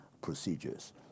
procedures